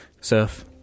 Surf